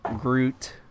Groot